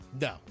No